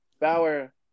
Bauer